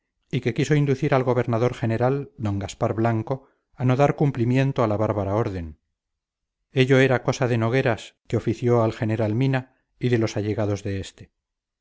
y que quiso inducir al gobernador general d gaspar blanco a no dar cumplimiento a la bárbara orden ello era cosa nogueras que ofició al general mina y de los allegados de este